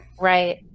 right